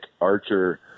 archer